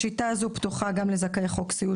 השיטה הזו פתוחה גם לזכאי חוק הסיעוד